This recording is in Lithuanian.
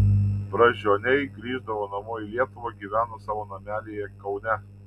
brazdžioniai grįždavo namo į lietuvą gyveno savo namelyje kaune